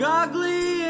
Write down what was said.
ugly